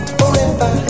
forever